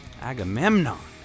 Agamemnon